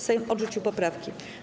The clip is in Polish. Sejm odrzucił poprawki.